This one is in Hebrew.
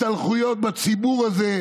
ההשתלחויות בציבור הזה,